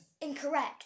Incorrect